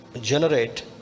generate